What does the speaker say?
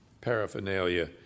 paraphernalia